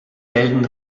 melden